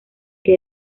que